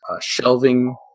shelving